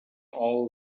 all